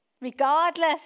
Regardless